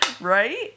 Right